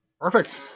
Perfect